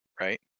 right